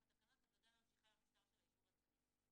התקנות -- -להמשיך הלאה המשטר של האישור הזמני.